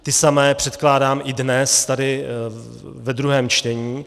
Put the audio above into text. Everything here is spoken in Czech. Ty samé předkládám i dnes tady ve druhém čtení.